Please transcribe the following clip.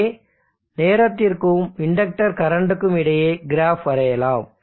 இங்கே நேரத்திற்கும் இண்டக்டர் கரண்ட்டுக்கும் இடையே கிராஃப் வரையலாம்